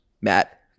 Matt